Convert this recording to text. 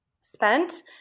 spent